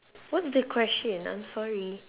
what's the question I'm sorry